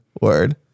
word